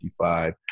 55